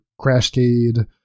Crashcade